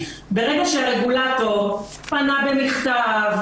ברגע שרגולטור פנה במכתב,